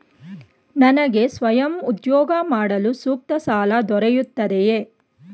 ನನಗೆ ಸ್ವಯಂ ಉದ್ಯೋಗ ಮಾಡಲು ಸೂಕ್ತ ಸಾಲ ದೊರೆಯುತ್ತದೆಯೇ?